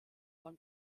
von